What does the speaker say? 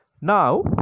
now